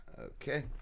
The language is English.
Okay